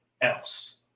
else